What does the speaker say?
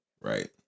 right